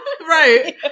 right